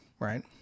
Right